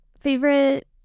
favorite